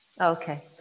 Okay